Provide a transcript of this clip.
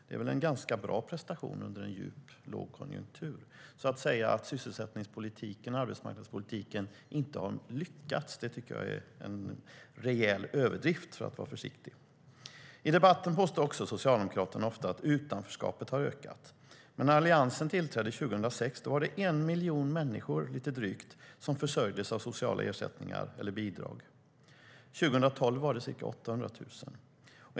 Det är väl en ganska bra prestation under en djup lågkonjunktur? Att säga att sysselsättningspolitiken och arbetsmarknadspolitiken inte har lyckats tycker jag, för att vara försiktig, därför är en rejäl överdrift. I debatten påstår Socialdemokraterna ofta att utanförskapet har ökat. Men när Alliansen tillträdde 2006 var det lite drygt en miljon människor som försörjdes genom sociala ersättningar eller bidrag. År 2012 var det ca 800 000.